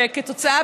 שכתוצאה,